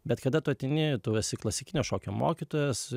bet kada tu ateini tu esi klasikinio šokio mokytojas